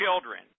children